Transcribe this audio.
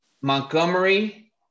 Montgomery